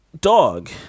dog